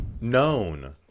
Known